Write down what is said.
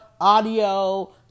audio